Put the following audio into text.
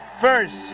first